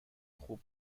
خوب